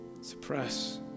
suppress